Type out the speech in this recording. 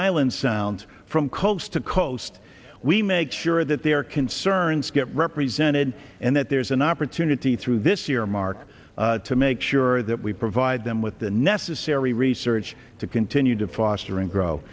island sound from coast to coast we make sure that their concerns get represented and that there's an opportunity through this year mark to make sure that we provide them with the necessary research to continue to fostering grow